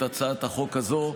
את הצעת החוק הזאת,